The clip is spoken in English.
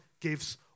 gives